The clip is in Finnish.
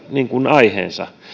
aiheensa